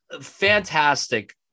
Fantastic